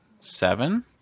Seven